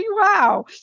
Wow